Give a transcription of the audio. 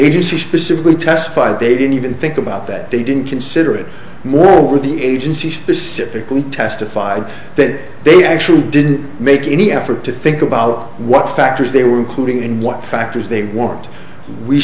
agency specifically testified they didn't even think about that they didn't consider it more over the agency specifically testified that they actually didn't make any effort to think about what factors they were including in what factors they want we